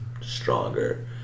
stronger